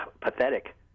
Pathetic